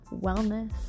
wellness